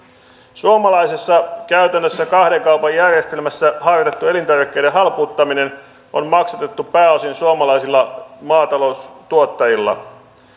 suomalaisessa käytännössä kahden kaupan järjestelmässä harjoitettu elintarvikkeiden halpuuttaminen on maksatettu pääosin suomalaisilla maataloustuottajilla